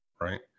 Right